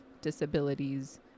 disabilities